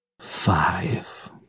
Five